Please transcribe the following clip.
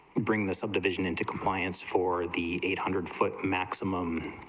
bring the subdivision into compliance for the eight hundred foot maximum